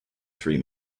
three